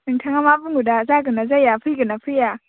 नोंथाङा मा बुङो दा जागोन ना जाया फैगोन ना फैया